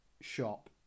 shop